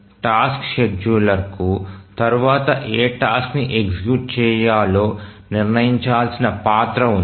task షెడ్యూలర్కు తరువాత ఏ టాస్క్ ని ఎగ్జిక్యూట్ చేయాలో నిర్ణయించాల్సిన పాత్ర ఉంది